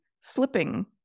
slipping